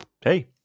hey